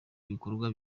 ibikorwa